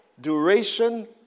duration